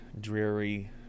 dreary